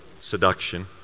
seduction